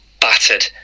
battered